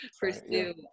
pursue